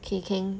K can